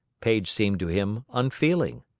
paige seemed to him unfeeling.